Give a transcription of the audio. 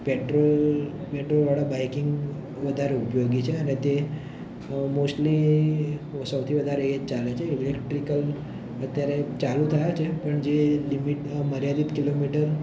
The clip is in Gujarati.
પેટ્રોલ પેટ્રોલવાળા બાઇકિંગ વધારે ઉપયોગી છે અને તે મોસ્ટલી સૌથી વધારે એ જ ચાલે છે ઇલેક્ટ્રિકલ અત્યારે ચાલું થયા છે પણ જે લિમીટ મર્યાદિત કિલોમીટર